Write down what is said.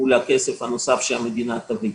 מול הכסף הנוסף שהמדינה תביא.